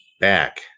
back